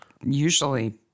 usually